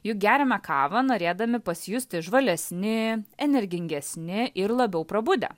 juk geriame kavą norėdami pasijusti žvalesni energingesni ir labiau prabudę